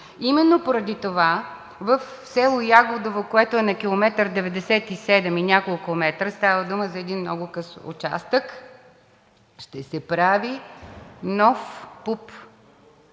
Именно поради това в село Ягодово, което е на километър 97 и няколко метра – става дума за един много къс участък, ще се прави нов ПУП